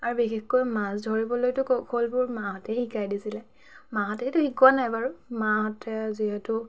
আৰু বিশেষকৈ মাছ ধৰিবলৈতো কৌশলবোৰ মাহঁতেই শিকাই দিছিলে মাহঁতেইতো শিকোৱা নাই বাৰু মাহঁতে যিহেতু